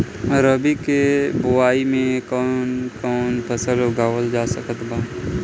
रबी के बोआई मे कौन कौन फसल उगावल जा सकत बा?